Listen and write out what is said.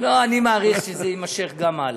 לא, אני מעריך שזה יימשך גם הלאה.